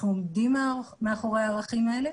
אנחנו עומדים מאחורי הערכים האלה.